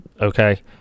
okay